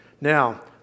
Now